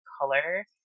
color